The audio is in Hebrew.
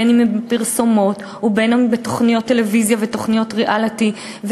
בין אם בפרסומות ובין אם בתוכניות טלוויזיה ותוכניות ריאליטי,